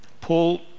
Paul